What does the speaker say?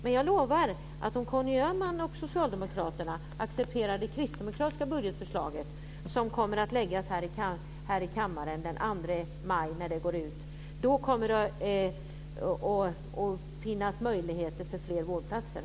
Men jag lovar att om Conny Öhman och socialdemokraterna accepterar det kristdemokratiska budgetförslaget, som kommer att läggas fram här i kammaren den 2 maj, kommer det att finnas möjligheter till fler vårdplatser.